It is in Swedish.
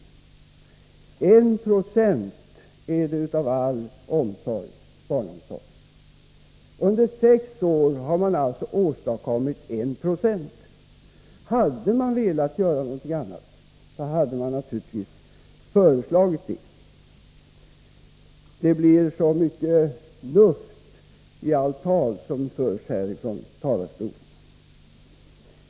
Det är 1 90 av all barnomsorg. Under sex år har man alltså åstadkommit 1 20. Hade man velat göra någonting annat, hade man naturligtvis föreslagit det. Det blir så mycket luft i de tal som förs här från talarstolen.